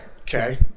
Okay